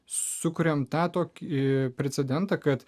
sukuriame tą tokį precedentą kad